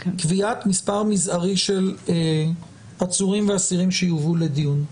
קביעת מספר מזערי של עצורים ואסירים שיובאו לדיון.